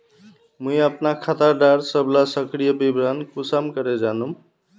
मुई अपना खाता डार सबला सक्रिय विवरण कुंसम करे जानुम?